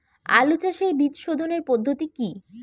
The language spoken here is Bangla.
আলু চাষের বীজ সোধনের পদ্ধতি কি?